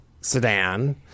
sedan